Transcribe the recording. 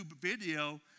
video